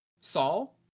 saul